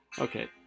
Okay